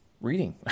reading